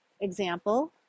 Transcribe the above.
example